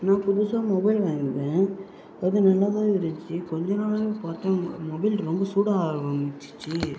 நான் புதுசாக மொபைல் வாங்கியிருந்தேன் அது நல்லாதான் இருந்துச்சு கொஞ்சம் நாள் தான் பார்த்தேன் மொபைல் ரொம்ப சூடாக ஆரமிச்சிருச்சு